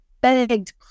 begged